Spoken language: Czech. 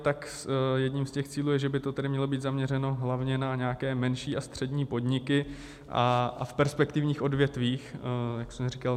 Tak jedním z těch cílů je, že by to tedy mělo být zaměřeno hlavně na nějaké menší a střední podniky a v perspektivních odvětvích, jak jsem říkal.